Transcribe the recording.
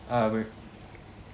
how may